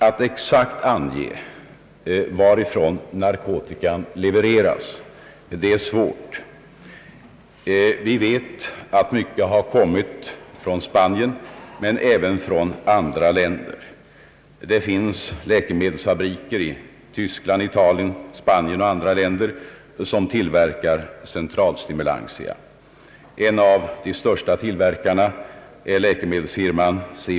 Att exakt ange varifrån narkotika levereras är svårt. Vi vet att mycket har kommit från Spanien, men en del härrör även från andra länder. Det finns läkemedelsfabriker i Tyskland, Italien, Spanien och andra länder som tillverkar centralstimulantia. En av de största tillverkarna är läkemedelsfirman C.